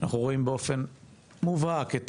אנחנו רואים באופן מובהק את